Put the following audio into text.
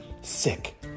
sick